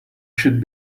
should